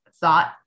Thought